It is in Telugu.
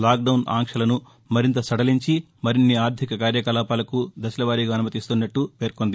లాక్లౌన్ ఆంక్షలను మరింత సదలించి మరిన్ని ఆర్గిక కార్యకలాపాలకు దశలవారీగా అనుమతిస్తున్నట్లు పేర్కొంది